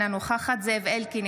אינה נוכחת זאב אלקין,